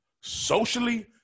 Socially